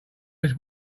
goes